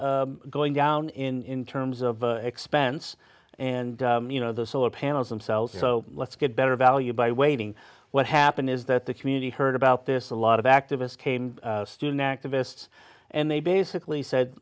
going down in terms of expense and you know the solar panels themselves so let's get better value by waiting what happened is that the community heard about this a lot of activists came student activists and they basically